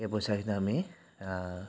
এই পইচাকেইটা আমি